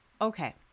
Okay